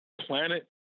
planet